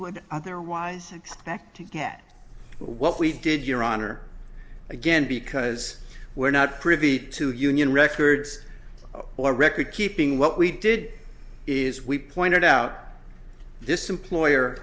would otherwise act to get what we did your honor again because we're not privy to union records or record keeping what we did is we pointed out this employ